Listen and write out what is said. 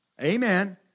Amen